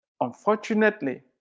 Unfortunately